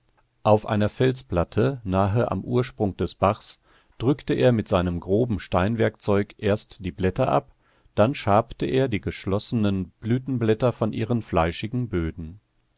auf einer felsplatte nahe am ursprung des bachs drückte er mit seinem groben steinwerkzeug erst die blätter ab dann schabte er die geschlossenen blütenblätter von ihren fleischigen böden